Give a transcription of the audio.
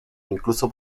incluso